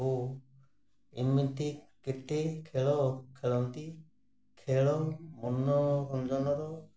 ଓ ଏମିତି କେତେ ଖେଳ ଖେଳନ୍ତି ଖେଳ ମନୋରଞ୍ଜନର